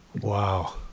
Wow